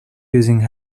using